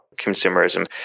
consumerism